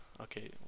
Okay